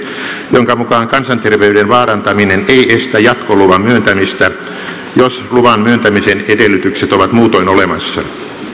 jonka mukaan kansanterveyden vaarantaminen ei estä jatkoluvan myöntämistä jos luvan myöntämisen edellytykset ovat muutoin olemassa